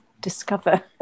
discover